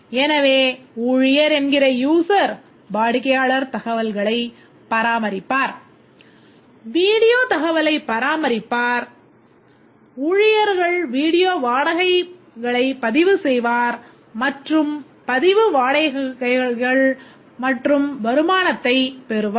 எனவே ஊழியர் என்கிற user வாடிக்கையாளர் தகவலைப் பராமரிப்பார் வீடியோ தகவலைப் பராமரிப்பார் ஊழியர்கள் வீடியோ வாடகைகளை பதிவு செய்வார் மற்றும் பதிவு வாடகைகள் மற்றும் வருமானத்தைப் பெறுவார்